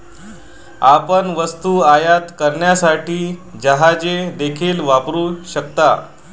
आपण वस्तू आयात करण्यासाठी जहाजे देखील वापरू शकता